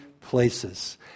places